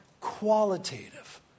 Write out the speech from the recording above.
qualitative